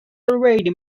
already